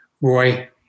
Roy